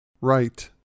Right